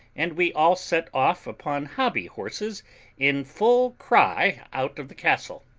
and we all set off upon hobby horses in full cry out of the castle.